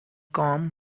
com